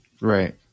right